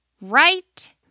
right